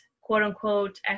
quote-unquote